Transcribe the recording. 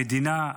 המדינה,